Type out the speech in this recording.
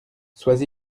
sois